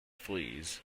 flees